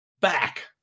back